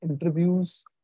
interviews